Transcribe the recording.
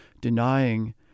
denying